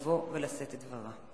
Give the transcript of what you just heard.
לבוא ולשאת את דברה.